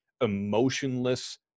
emotionless